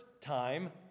time